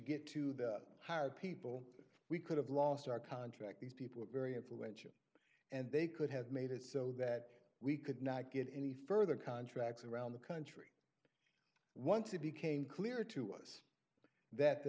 get to the hired people we could have lost our contract these people are very influential and they could have made it so that we could not get any further contracts around the country once it became clear to us that the